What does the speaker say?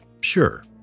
Sure